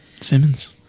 Simmons